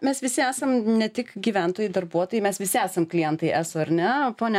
mes visi esam ne tik gyventojai darbuotojai mes visi esam klientai eso ar ne pone